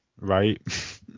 right